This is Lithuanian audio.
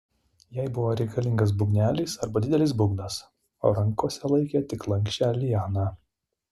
jai buvo reikalingas būgnelis arba didelis būgnas o rankose laikė tik lanksčią lianą